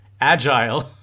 agile